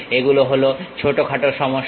এগুলো হলো ছোটখাটো সমস্যা